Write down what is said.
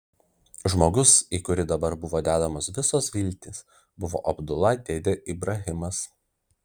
žmogus į kurį dabar buvo dedamos visos viltys buvo abdula dėdė ibrahimas